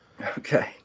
Okay